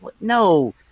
No